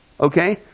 okay